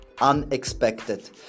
unexpected